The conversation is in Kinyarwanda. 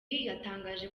yatangaje